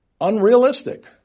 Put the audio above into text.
unrealistic